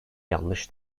yanlış